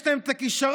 יש להם את הכישרון,